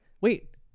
wait